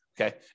Okay